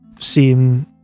seem